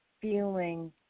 feeling